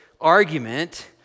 argument